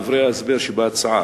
דברי ההסבר שבהצעה,